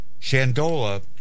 Shandola